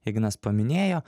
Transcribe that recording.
ignas paminėjo